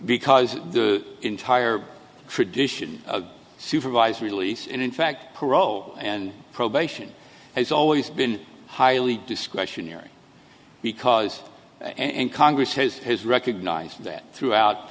because the entire tradition supervised release and in fact parole and probation has always been highly discretionary because and congress has has recognized that throughout